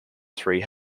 three